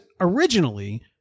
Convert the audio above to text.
originally